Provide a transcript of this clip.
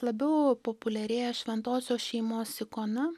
labiau populiarėja šventosios šeimos ikona